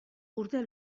urte